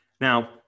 Now